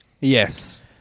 Yes